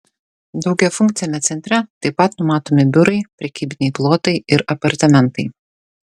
daugiafunkciame centre taip pat numatomi biurai prekybiniai plotai ir apartamentai